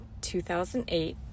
2008